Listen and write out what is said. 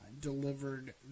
delivered